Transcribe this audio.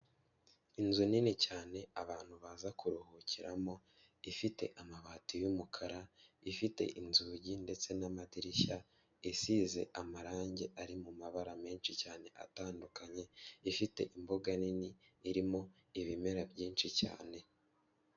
Inzu nini cyane abantu baza kuruhukiramo ifite amabati y'umukara ifite inzugi ndetse n'amadirishya asize amarangi ari mu mabara menshi cyane atandukanye, ifite imboga nini irimo ibimera byinshi cyane.